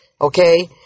okay